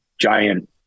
giant